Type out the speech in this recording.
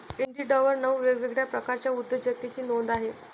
इंडिडवर नऊ वेगवेगळ्या प्रकारच्या उद्योजकतेची नोंद आहे